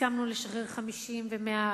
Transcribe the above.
הסכמנו לשחרר 50 ו-100,